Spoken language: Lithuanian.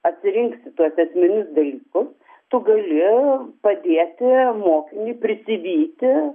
atsirinksi tuos esminius dalykus tu gali padėti mokiniui prisivyti